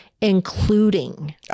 including